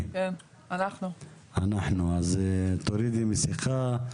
אז בבקשה, תורידי את המסכה,